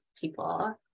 people